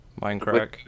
Minecraft